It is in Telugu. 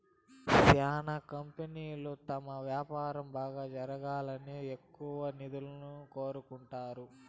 శ్యానా కంపెనీలు తమ వ్యాపారం బాగా జరగాలని ఎప్పుడూ నిధులను కోరుకుంటారు